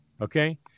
Okay